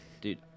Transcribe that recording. Dude